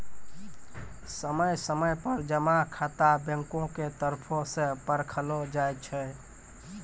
समय समय पर जमा खाता बैंको के तरफो से परखलो जाय छै